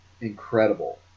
incredible